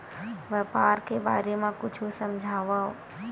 व्यापार के बारे म कुछु समझाव?